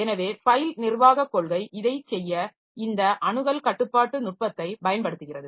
எனவே ஃபைல் நிர்வாகக் கொள்கை இதைச் செய்ய இந்த அணுகல் கட்டுப்பாட்டு நுட்பத்தை பயன்படுத்துகிறது